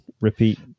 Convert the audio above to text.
Repeat